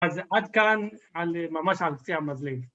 אז עד כאן ממש על קצה המזלג.